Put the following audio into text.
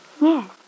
Yes